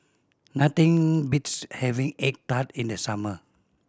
nothing beats having egg tart in the summer